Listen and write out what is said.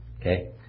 Okay